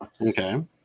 Okay